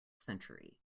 century